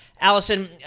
allison